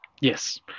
Yes